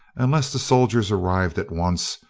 unless the soldiers arrived at once,